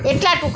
એટલા ટૂંકા